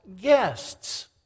guests